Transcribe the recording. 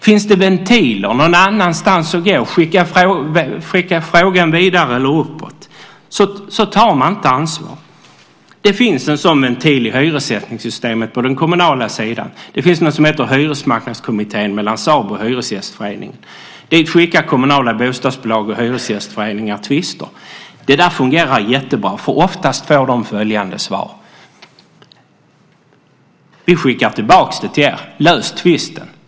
Finns det ventiler någon annanstans, så att man kan skicka frågan vidare eller uppåt, så tar man inte ansvar. Det finns en sådan ventil i hyressättningssystemet på den kommunala sidan. Det finns något som heter Hyresmarknadskommittén. Det är ett organ med representanter från SABO och Hyresgästföreningen. Dit skickar kommunala bostadsbolag och hyresgästföreningar tvister. Det där fungerar jättebra eftersom de oftast får följande svar: Vi skickar tillbaka det till er. Lös tvisten.